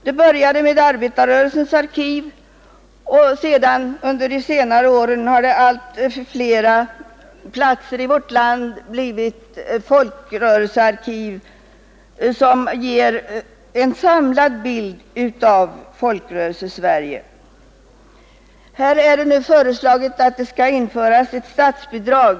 Det började med Arbetarrörelsens arkiv, och under senare år har det på allt fler platser i vårt land upprättats folkrörelsearkiv, som ger en samlad bild av Folkrörelsesverige. Här är nu föreslaget att det skall införas ett statsbidrag.